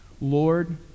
Lord